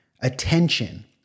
attention